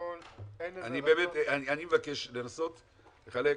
אני מבקש לנסות לחלק,